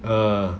err